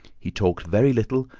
he talked very little,